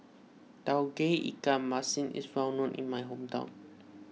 Tauge Ikan Masin is well known in my hometown